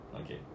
Okay